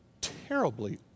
terribly